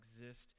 exist